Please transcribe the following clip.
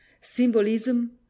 symbolism